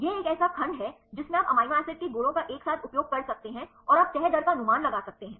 यह एक ऐसा खंड है जिसमें आप अमीनो एसिड के गुणों का एक साथ उपयोग कर सकते हैं और आप तह दर का अनुमान लगा सकते हैं